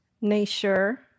nature